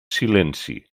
silenci